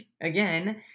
again